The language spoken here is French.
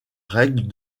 règles